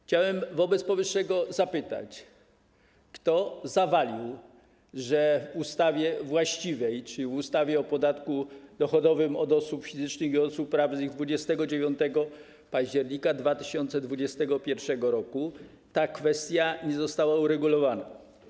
Chciałem wobec powyższego zapytać: Kto zawalił, że w ustawie właściwej, czyli w ustawie o podatku dochodowym od osób fizycznych i osób prawnych z 29 października 2021 r., ta kwestia nie została uregulowana?